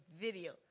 video